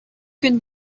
can